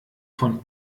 von